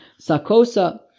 Sakosa